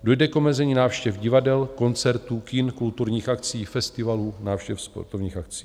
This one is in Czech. Dojde k omezení návštěv divadel, koncertů, kin, kulturních akcí, festivalů, návštěv sportovních akcí.